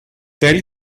tell